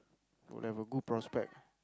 will have a good prospect